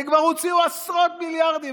הם כבר הוציאו עשרות מיליארדים.